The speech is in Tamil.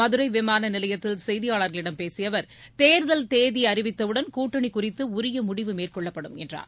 மதுரை விமான நிலையத்தில் செய்தியாளர்களிடம் பேசிய அவர் தேர்தல் தேதி அறிவித்தவுடன் கூட்டணி குறித்து உரிய முடிவு மேற்கொள்ளப்படும் என்றார்